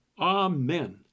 Amen